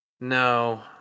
No